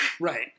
Right